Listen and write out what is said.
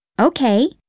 Okay